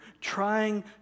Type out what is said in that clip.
trying